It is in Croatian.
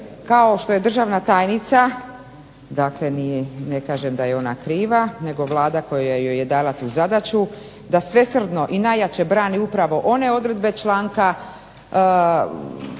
kao što je državna tajnica, dakle ne kažem da je ona kriva, nego Vlada koja joj je dala tu zadaću, da svesrdno i najjače brani upravo one članke